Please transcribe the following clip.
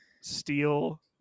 steal